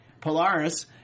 Polaris